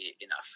enough